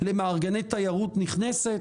למארגני תיירות נכנסת.